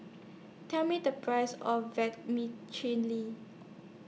Tell Me The Price of Vermicelli